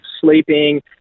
sleeping